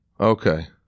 Okay